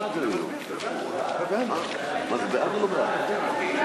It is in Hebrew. ההצעה להעביר את הצעת חוק למניעת העישון